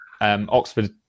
Oxford